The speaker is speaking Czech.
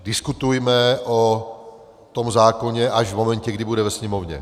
Diskutujme o tom zákoně až v momentě, kdy bude ve Sněmovně.